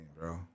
bro